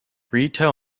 retail